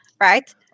Right